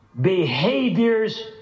behaviors